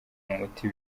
umuti